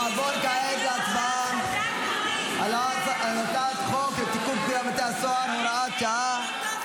נעבור כעת להצבעה על הצעת חוק לתיקון פקודת בתי הסוהר (הוראת שעה),